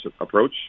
approach